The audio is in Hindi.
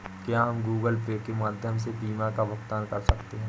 क्या हम गूगल पे के माध्यम से बीमा का भुगतान कर सकते हैं?